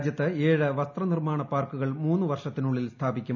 രാജൃത്ത് ഏഴ് വസ്ത്ര നിർമ്മാണ പാർക്കുകൾ മൂന്നു വർഷത്തിനുള്ളിൽ സ്ഥാപിക്കും